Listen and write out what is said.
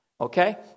okay